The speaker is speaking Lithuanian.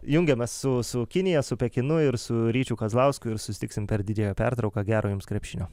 jungiamės su su kinija su pekinu ir su ryčiu kazlausku ir susitiksim per didžiąją pertrauką gero jums krepšinio